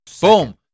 Boom